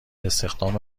استخدام